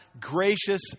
gracious